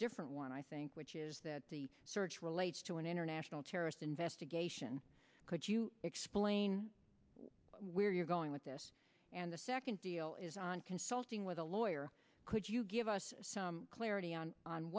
different one i think the search relates to an international terrorist investigation could you explain where you're going with this and the second deal is on consulting with a lawyer could you give us some clarity on